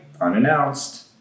unannounced